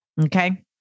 Okay